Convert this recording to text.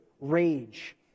rage